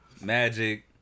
Magic